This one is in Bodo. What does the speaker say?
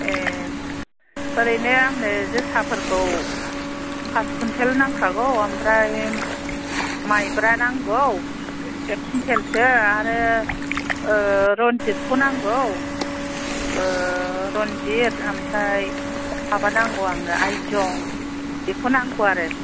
ए ओरैनो आंनो जोसाफोरखौ पास कुन्टेल नांखागौ ओमफ्राय माइब्रा नांगौ एक कुन्टेलसो आरो रन्जितखौ नांगौ रन्जित ओमफ्राय माबा नांगौ आंनो आइजं बेखौ नांगौ आरो